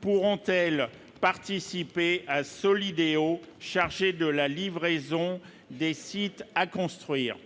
pourront-elles participer à solide et au chargé de la livraison des sites à construire.